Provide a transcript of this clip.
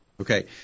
Okay